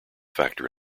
factor